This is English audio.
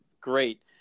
great